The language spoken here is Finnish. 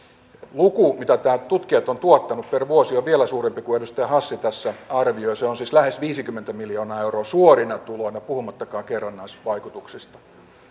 luku minkä nämä tutkijat ovat tuottaneet per vuosi on vielä suurempi kuin edustaja hassi tässä arvioi se on siis lähes viisikymmentä miljoonaa euroa suorina tuloina puhumattakaan kerrannaisvaikutuksista